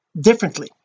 differently